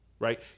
Right